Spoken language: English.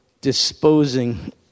disposing